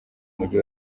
mujyi